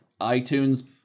iTunes